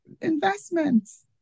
investments